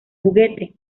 juguete